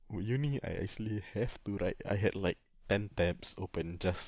would uni I actually have to write I had like ten tabs open just